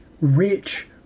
rich